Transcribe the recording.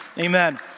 Amen